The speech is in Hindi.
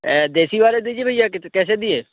देशी वाले दीजिए भैया कैसे दिए